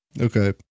Okay